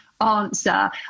answer